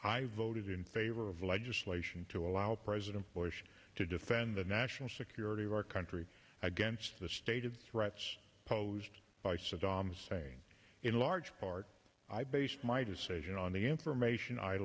i voted in favor of the legislation to allow president bush to defend the national security of our country against the stated threats posed by saddam hussein in large part i based my decision on the information i